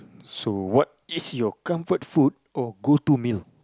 so what is your comfort food or go to meal